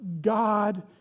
God